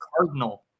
Cardinal